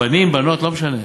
בנים, בנות, לא משנה.